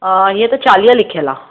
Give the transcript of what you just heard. इहा त चालीह लिखियल आहे